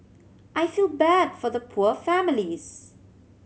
I feel bad for the poor families